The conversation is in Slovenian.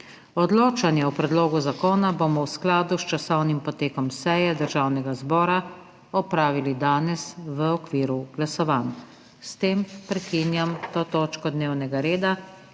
Odločanje o predlogu zakona bomo v skladu s časovnim potekom seje Državnega zbora opravili danes v okviru glasovanj. S tem prekinjam to točko dnevnega reda.